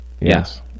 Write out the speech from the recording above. Yes